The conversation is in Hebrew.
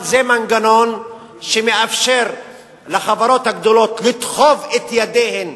אבל זה מנגנון שמאפשר לחברות הגדולות לדחוף את ידיהן